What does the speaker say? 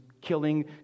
killing